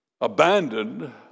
abandoned